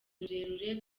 rurerure